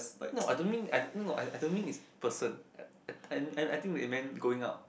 no I don't mean I don't no no I don't mean it's a person I I think we meant going out